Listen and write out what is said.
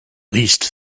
least